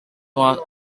was